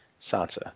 Sansa